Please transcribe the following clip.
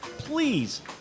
Please